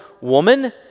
woman